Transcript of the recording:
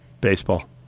Baseball